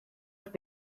have